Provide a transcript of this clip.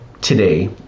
today